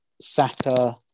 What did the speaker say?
Saka